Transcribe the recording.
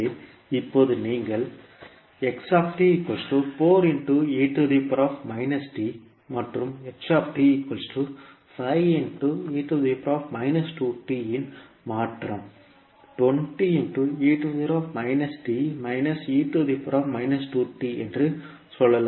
எனவே இப்போது நீங்கள் மற்றும் 5 இன் மாற்றம் என்று சொல்லலாம்